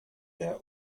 der